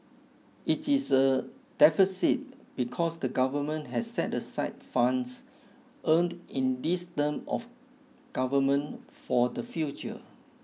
it is a deficit because the government has set aside funds earned in this term of government for the future